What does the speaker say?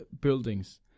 buildings